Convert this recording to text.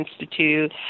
Institute